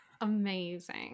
amazing